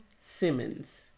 Simmons